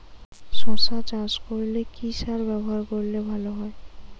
শশা চাষ করলে কি সার ব্যবহার করলে ভালো হয়?